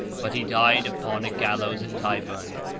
but he died upon a gallows at tyburn,